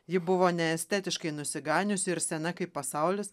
ji buvo neestetiškai nusiganiusi ir sena kaip pasaulis